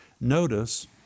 Notice